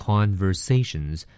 Conversations